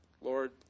Lord